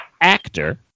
actor